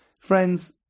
Friends